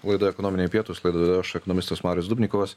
laida ekonominiai pietūs laidą vedu aš ekonomistas marius dubnikovas